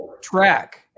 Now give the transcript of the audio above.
Track